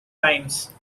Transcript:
times